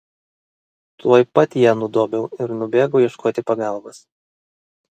tuoj pat ją nudobiau ir nubėgau ieškoti pagalbos